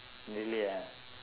really ah